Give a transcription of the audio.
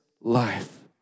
life